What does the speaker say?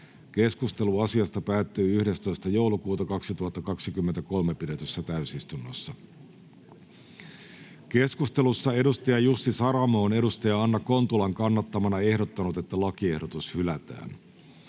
Keskustelu asiasta päättyi 11.12.2023 pidetyssä täysistunnossa. Keskustelussa Jussi Saramo on Anna Kontulan kannattamana ehdottanut, että lakiehdotus hylätään.